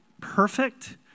perfect